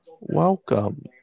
Welcome